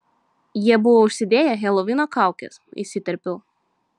jie buvo užsidėję helovino kaukes įsiterpiau